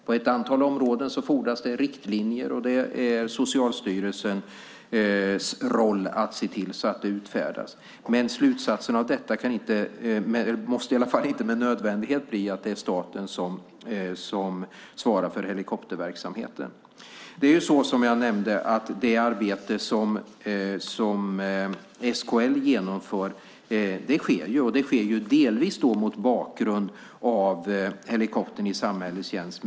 På ett antal områden fordras det riktlinjer, och det är Socialstyrelsens roll att se till att de utfärdas. Men slutsatsen av detta måste inte med nödvändighet bli att det är staten som ska svara för helikopterverksamheten. Som jag nämnde genomför SKL ett arbete, och det sker delvis mot bakgrund av Helikoptern i samhällets tjänst .